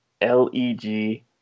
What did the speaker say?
L-E-G-